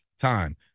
time